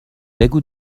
بگو